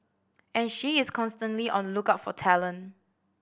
and she is constantly on lookout for talent